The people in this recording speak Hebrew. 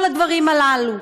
כל הדברים הללו.